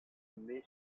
mai